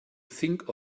think